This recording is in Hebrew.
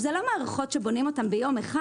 זה לא מערכות שבונים אותן ביום אחד.